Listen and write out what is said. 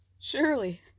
Surely